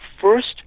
first